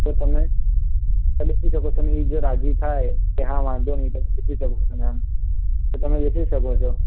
તો તમે તમે બેસી શકો છો ને એ જો રાજી થાય કે હા વાંધો નહીં તમે બેસી શકો છો તમે એમ તો તમે બેસી શકો છો